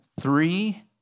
three